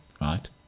Right